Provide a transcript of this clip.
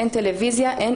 אין טלוויזיה, אין